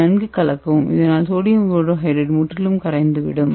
இதை நன்கு கலக்கவும் இதனால் சோடியம் போரோஹைட்ரைடு முற்றிலும் கரைந்துவிடும்